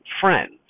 friends